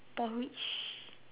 porridge